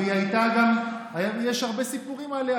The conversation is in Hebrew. יש הרבה סיפורים עליה,